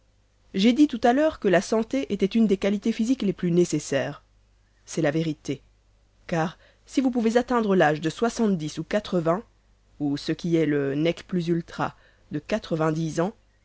j'ai dit tout-à-l'heure que la santé était une des qualités physiques les plus nécessaires c'est la vérité car si vous pouvez atteindre l'âge de soixante-dix ou quatre-vingts ou ce qui est le nec plus ultra de quatre-vingt dix ans